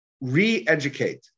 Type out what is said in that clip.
re-educate